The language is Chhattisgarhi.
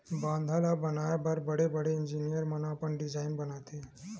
बांधा ल बनाए बर बड़े बड़े इजीनियर मन अपन डिजईन बनाथे